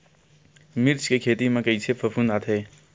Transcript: मिर्च के खेती म कइसे फफूंद आथे?